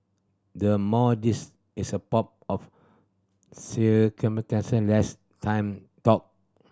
the more this is a pomp of circumstance the less time talk